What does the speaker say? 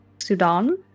sudan